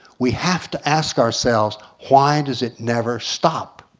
we have to ask ourselves why does it never stop?